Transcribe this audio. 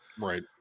Right